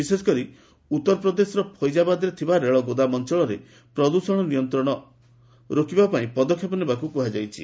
ବିଶେଷକରି ଉତ୍ତରପ୍ରଦେଶର ଫଇକାବାଦରେ ଥିବା ରେଳ ଗୋଦାମ ଅଞ୍ଚଳରେ ପ୍ରଦୂଷଣ ନିୟନ୍ତ୍ରଣ କରିବା ପାଇଁ ପଦକ୍ଷେପ ନେବାକୁ କୁହାଯାଇଛି